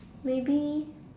maybe